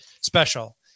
Special